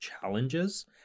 challenges